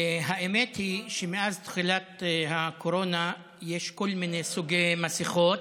האמת היא שמאז תחילת הקורונה יש כל מיני סוגי מסכות.